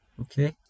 Okay